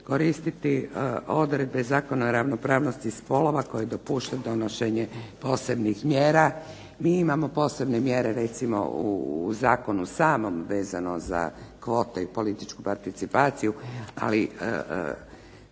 koristiti odredbe Zakona o ravnopravnosti spolova koji dopušta donošenje posebnih mjera. Mi imamo posebne mjere recimo u samom zakonu vezano za kvote i političku participaciju, ali